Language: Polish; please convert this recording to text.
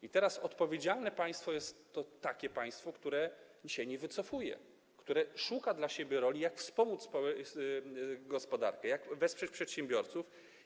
I teraz: odpowiedzialne państwo jest to takie państwo, które się nie wycofuje, które szuka dla siebie roli, jak wspomóc gospodarkę, jak wesprzeć przedsiębiorców.